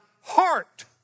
heart